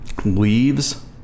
Leaves